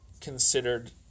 considered